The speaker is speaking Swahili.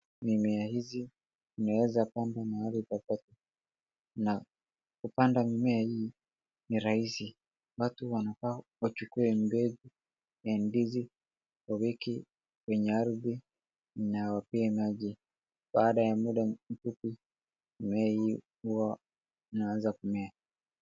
Mimea hizi unaeza panda mahali popote, na kupanda mimea hii ni rahisi. Watu wanafaa wachukue mbegu ya ndizi waweke kwenye ardhi na wapee maji. Baada ya muda mfupi, mmea hii huwa inaanza kumea.